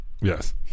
yes